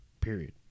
period